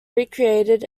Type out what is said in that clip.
recreated